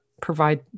provide